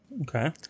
Okay